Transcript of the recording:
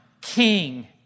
king